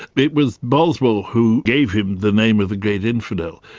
it was boswell who gave him the name of the great infidel,